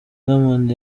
diamond